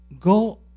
Go